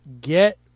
get